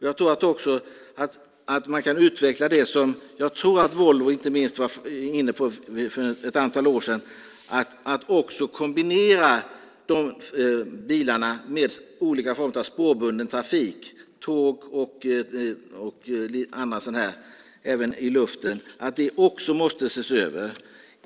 Jag tror också att man kan utveckla det som jag tror att inte minst Volvo var inne på för ett antal år sedan, nämligen att kombinera bilarna med olika former av spårbunden trafik - tåg och annat - men även trafik i luften. Det måste också ses över.